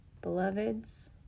Beloveds